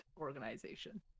organization